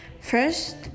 First